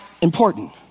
important